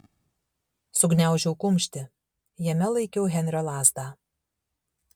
sugniaužiau kumštį jame laikiau henrio lazdą